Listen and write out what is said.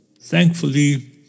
thankfully